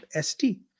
ST